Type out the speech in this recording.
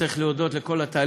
צריך להודות על כל התהליך,